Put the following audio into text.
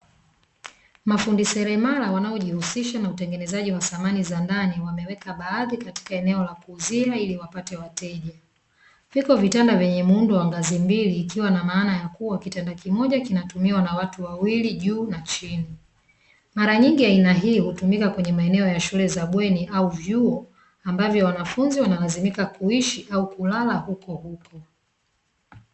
Mafundi seremala wanaojihusisha na utengenezaji wa samani za ndani wameweka baadhi katika eneo la kuuzia ili wapate wateja. Viko vitanda vyenye muundo wa ngazi mbili ikiwa na maana yakuwa kitanda kimoja kinatumiwa na watu wawili juu na chini, mara nyingi aina hii hutumika kwenye maeneo ya shule za bweni au vyuo ambavyo wanafunzi wanalazimika kuishi au kulala hukohuko.